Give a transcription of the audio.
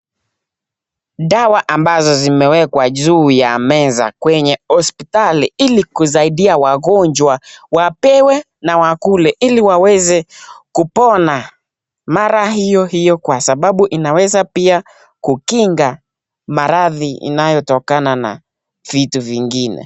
Dawa ambazo zimewekwa juu ya meza kwenye hospitali ili kusaidia wagonjwa wapewe na wakule ili waweze kupona mara hiyo hiyo kwa sababu inaweza pia kukinga maradhi inayotokana na vitu vingine.